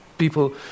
People